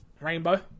Rainbow